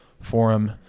Forum